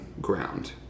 ground